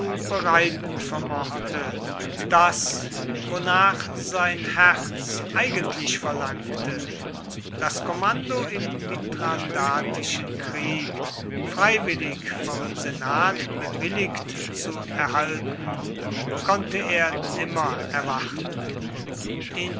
bereiten vermochte das wonach sein herz eigentlich verlangte das kommando im mithradatischen krieg freiwillig vom senat bewilligt zu erhalten konnte er nimmer erwarten